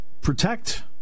protect